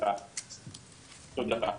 תודה.